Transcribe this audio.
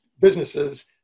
businesses